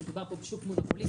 שמדובר פה בשוק מונופוליסטי.